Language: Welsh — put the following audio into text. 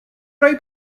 roi